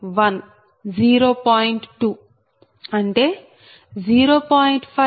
2 అంటే 0